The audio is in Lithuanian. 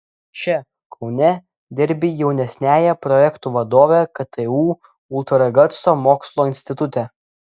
čia kaune dirbi jaunesniąja projektų vadove ktu ultragarso mokslo institute